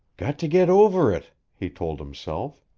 got to get over it, he told himself.